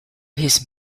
his